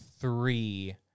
three